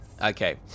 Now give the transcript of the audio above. Okay